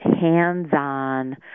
hands-on